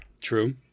True